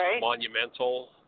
monumental